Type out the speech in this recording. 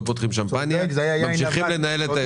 פותחים שמפנייה וממשיכים לנהל את האירוע.